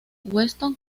weston